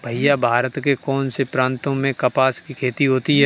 भैया भारत के कौन से प्रांतों में कपास की खेती होती है?